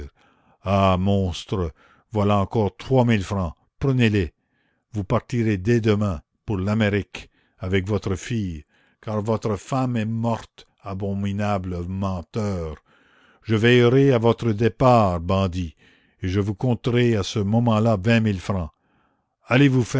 ah monstre voilà encore trois mille francs prenez-les vous partirez dès demain pour l'amérique avec votre fille car votre femme est morte abominable menteur je veillerai à votre départ bandit et je vous compterai à ce moment-là vingt mille francs